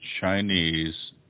Chinese